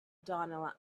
dawn